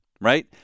right